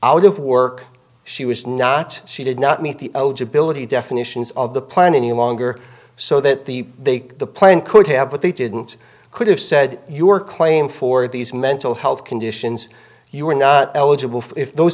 out of work she was not she did not meet the ability definitions of the plan any longer so that the they the plan could have but they didn't could have said your claim for these mental health conditions you were not eligible for if those